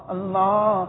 Allah